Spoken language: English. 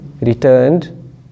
returned